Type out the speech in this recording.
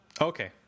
Okay